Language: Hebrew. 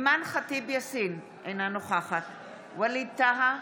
אימאן ח'טיב יאסין, אינה נוכחת ווליד טאהא,